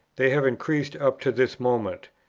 they have increased up to this moment.